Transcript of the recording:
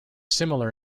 similar